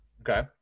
Okay